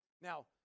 Now